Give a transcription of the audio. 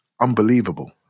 unbelievable